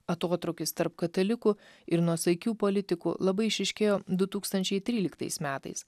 atotrūkis tarp katalikų ir nuosaikių politikų labai išryškėjo du tūkstančiai tryliktais metais